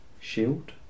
shield